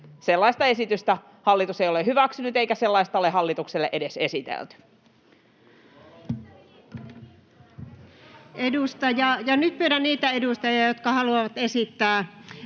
pysyvämmin, hallitus ei ole hyväksynyt, eikä sellaista ole hallitukselle edes esitelty.